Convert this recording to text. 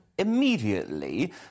immediately